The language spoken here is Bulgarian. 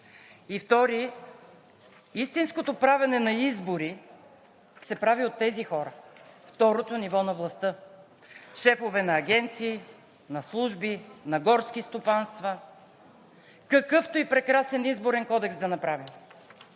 И втори – истинското правене на избори се прави от тези хора, второто ниво на властта: шефове на агенции, на служби, на горски стопанства. Какъвто и прекрасен Изборен кодекс да направим,